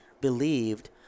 believed